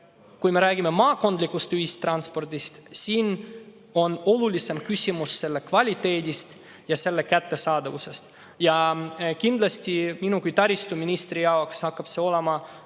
kui me räägime maakondlikust ühistranspordist, siis siin on olulisem küsimus transpordi kvaliteedis ja kättesaadavuses. Kindlasti minu kui taristuministri jaoks hakkab see olema